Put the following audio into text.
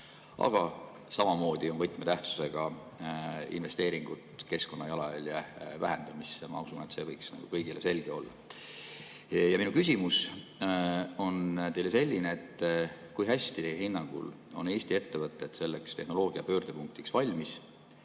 Aga samamoodi on võtmetähtsusega investeeringud keskkonnajalajälje vähendamisse. Ma usun, et see võiks kõigile selge olla. Ja minu küsimus on teile selline: kui hästi teie hinnangul on Eesti ettevõtted selleks tehnoloogia pöördepunktiks valmis